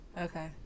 Okay